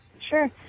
Sure